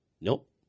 Nope